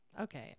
okay